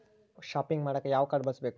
Shopping ಮಾಡಾಕ ಯಾವ card ಬಳಸಬೇಕು?